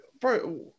bro